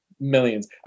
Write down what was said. millions